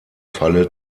falle